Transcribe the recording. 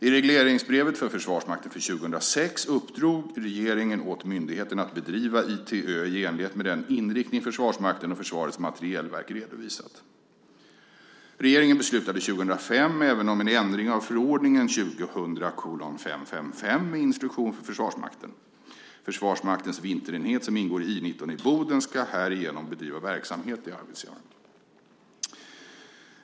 I regleringsbrevet för Försvarsmakten för 2006 uppdrog regeringen åt myndigheten att bedriva ITÖ i enlighet med den inriktning Försvarsmakten och Försvarets materielverk redovisat. Regeringen beslutade 2005 även om en ändring av förordningen med instruktion för Försvarsmakten. Försvarsmaktens vinterenhet, som ingår i I 19 i Boden, ska härigenom bedriva verksamhet i Arvidsjaur.